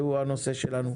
שהוא הנושא שלנו.